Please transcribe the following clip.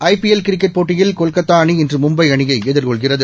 ஐ P L cricket போட்டியில் கொல்கத்தா அணி இன்று மும்பை அணியை எதிர்கொள்கிறது